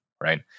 right